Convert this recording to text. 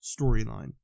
storyline